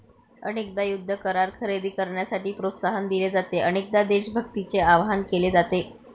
अनेकदा युद्ध करार खरेदी करण्यासाठी प्रोत्साहन दिले जाते, अनेकदा देशभक्तीचे आवाहन केले जाते